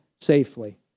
safely